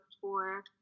tour